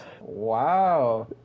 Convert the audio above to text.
Wow